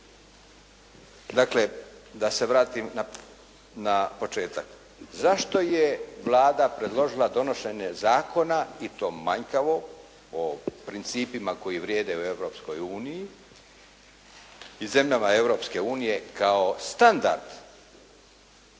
Dakle, da se vratim na početak. Zašto je Vlada predložila donošenje zakona i to manjkavog o principima koji vrijede u Europskoj uniji i zemljama